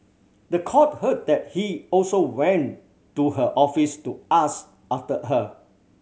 the court heard that he also went to her office to ask after her